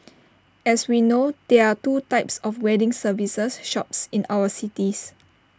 as we know there are two types of wedding services shops in our city